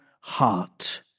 heart